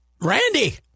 Randy